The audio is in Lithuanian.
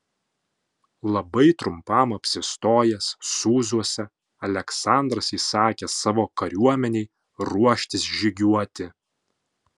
labai trumpam apsistojęs sūzuose aleksandras įsakė savo kariuomenei ruoštis žygiuoti